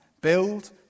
build